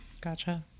gotcha